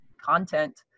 content